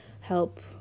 help